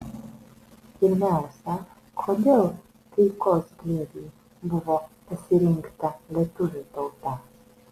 pirmiausia kodėl taikos glėbiui buvo pasirinkta lietuvių tauta